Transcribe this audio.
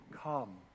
come